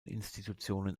institutionen